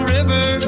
River